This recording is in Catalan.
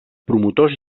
promotors